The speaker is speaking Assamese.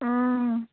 অঁ